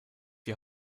die